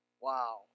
Wow